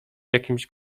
jakimś